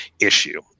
issue